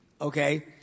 okay